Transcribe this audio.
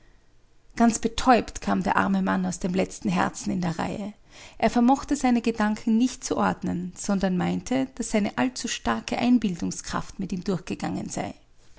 ganz betäubt kam der arme mann aus dem letzten herzen in der reihe er vermochte seine gedanken nicht zu ordnen sondern meinte daß seine allzustarke einbildungskraft mit ihm durchgegangen sei